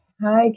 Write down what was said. Hi